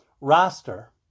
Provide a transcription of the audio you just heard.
roster